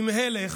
אם הלך,